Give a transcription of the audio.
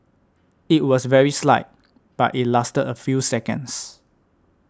it was very slight but it lasted a few seconds